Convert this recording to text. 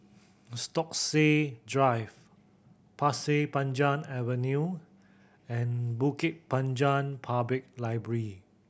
Stokesay Drive Pasir Panjang Avenue and Bukit Panjang Public Library